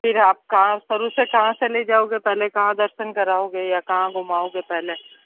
फिर आप कहाँ शुरू से कहाँ से ले जाओगे पहले कहाँ दर्शन कराओगे या कहाँ घुमाओगे पहले